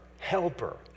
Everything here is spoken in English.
helper